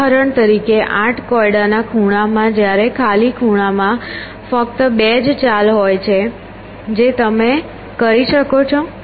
ઉદાહરણ તરીકે આઠ કોયડાના ખૂણામાં જ્યારે ખાલી ખૂણામાં ફક્ત બે જ ચાલ હોય છે જે તમે કરી શકો છો